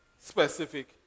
specific